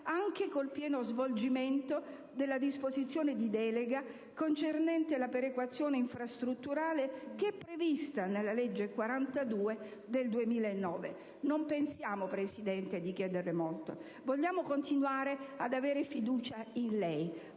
anche con il pieno svolgimento della disposizione di delega concernente la perequazione infrastrutturale, prevista nella legge 5 maggio 2009, n. 42. Non pensiamo, signor Presidente, di chiederle molto. Vogliamo continuare ad avere fiducia in lei,